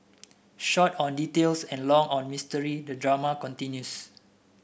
short on details and long on mystery the drama continues